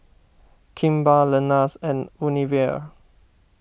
Kimball Lenas and Unilever